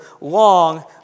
long